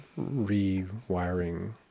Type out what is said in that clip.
rewiring